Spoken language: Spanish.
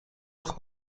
los